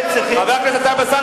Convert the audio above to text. חבר הכנסת טלב אלסאנע,